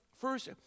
first